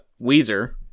Weezer